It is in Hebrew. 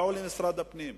באו למשרד הפנים,